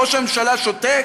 וראש הממשלה שותק?